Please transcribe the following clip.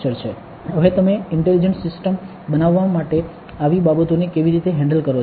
હવે તમે intelligent systems બનાવવા માટે આવી બાબતોને કેવી રીતે હેન્ડલ કરો છો